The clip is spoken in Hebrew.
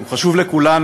הוא חשוב לכולנו,